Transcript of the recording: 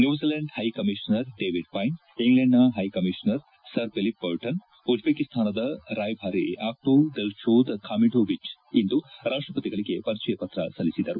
New Zealand high commissioner David Vine ಇಂಗ್ಲೆಂಡ್ನ high commissioner sir Philip Barton ಉಜ್ಲೇಕಿಸ್ತಾನದ ರಾಯಭಾರಿ ಅಕ್ಲೋವ್ ದಿಲ್ಶೋದ್ ಖಾಮಿಡೋವಿಚ್ ಇಂದು ರಾಷ್ಷಪತಿಗಳಿಗೆ ಪರಿಚಯ ಪತ್ರ ಸಲ್ಲಿಸಿದರು